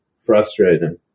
frustrating